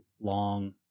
long